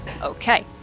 okay